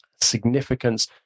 significance